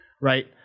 right